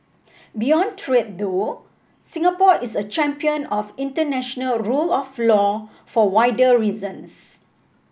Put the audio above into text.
beyond trade though Singapore is a champion of international rule of law for wider reasons